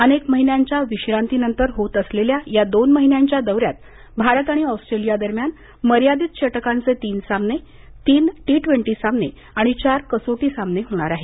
अनेक महिन्यांच्या विश्रांती नंतर होत असलेल्या या दोन महिन्यांच्या दौऱ्यात भारत आणि ऑस्ट्रेलिया दरम्यान मर्यादित षटकांचे तीन सामने तीन टी ट्वेंटी सामने आणि चार कसोटी सामने होणार आहेत